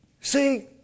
See